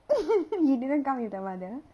he didn't come with the mother